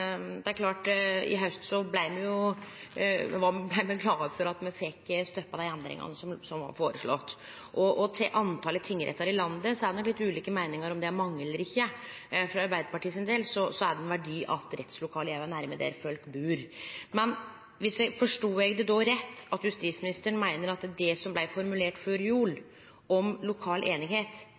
I haust blei me glade for at me fekk stoppa dei endringane som var føreslått. Når det gjeld talet på tingrettar i landet, er det nok litt ulike meiningar om det er mange eller ikkje. For Arbeidarpartiet sin del er det ein verdi at rettslokalet er nær der folk bur. Men forstod eg det rett, at det er slik at justisministeren meiner at det som blei formulert før jul om lokal